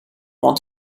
want